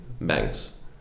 banks